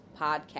podcast